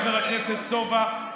חבר הכנסת סובה,